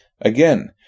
Again